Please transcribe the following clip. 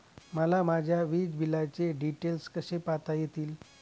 मला माझ्या वीजबिलाचे डिटेल्स कसे पाहता येतील?